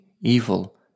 Evil